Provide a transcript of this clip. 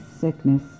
sickness